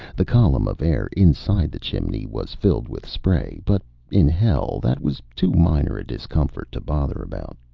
the column of air inside the chimney was filled with spray, but in hell that was too minor a discomfort to bother about.